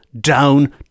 down